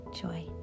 joy